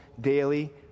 daily